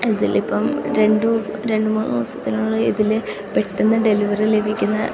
ഇതിലിപ്പം രണ്ടു ദിവസം രണ്ട് മൂന്ന് ദിവസത്തിനുള്ളിൽ ഇതിൽ പെട്ടെന്നു ഡെലിവറി ലഭിക്കുന്ന